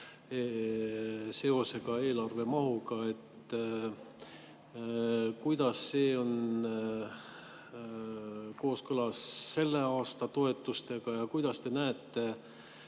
seosega eelarve mahuga. Kuidas see on kooskõlas selle aasta toetustega? Ja kuidas te näete,